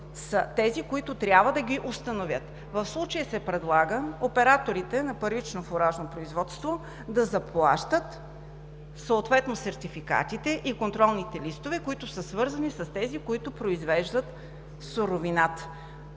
тези, които трябва да ги установят. В случая се предлага операторите на първично фуражно производство да заплащат съответно сертификатите и контролните листове, които са свързани с тези, които произвеждат суровината,